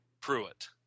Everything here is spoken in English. Pruitt